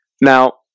Now